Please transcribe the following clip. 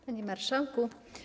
Panie Marszałku!